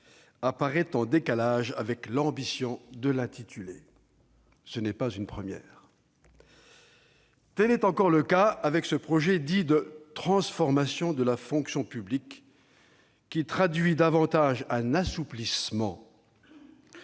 apparaît en décalage avec l'ambition de l'intitulé. Tel est encore le cas avec ce projet de loi de transformation de la fonction publique qui traduit davantage un assouplissement